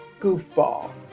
goofball